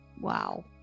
Wow